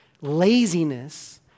laziness